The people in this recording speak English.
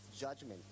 judgment